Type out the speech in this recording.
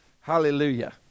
hallelujah